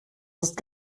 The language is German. ist